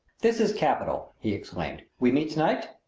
this is capital! he exclaimed. we meet tonight?